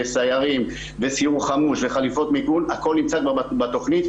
וסיירים וסיור חמוש וחליפות מיגון הכול נמצא בתוכנית,